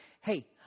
hey